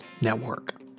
Network